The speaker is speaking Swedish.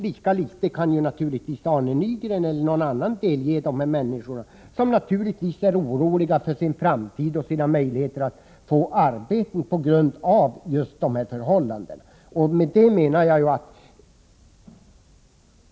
Lika litet kan Arne Nygren eller någon annan ge dessa människor, som naturligtvis är oroliga för sin framtid och sina möjligheter att få arbeten på grund av registreringen, besked om hur det ligger till.